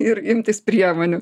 ir imtis priemonių